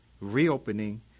reopening